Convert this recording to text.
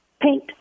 paint